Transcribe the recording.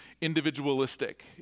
individualistic